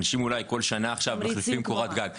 אנשים כל שנה מחליפים קורת גג,